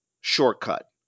shortcut